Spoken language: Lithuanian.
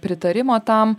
pritarimo tam